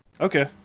okay